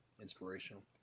inspirational